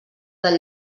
del